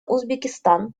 узбекистан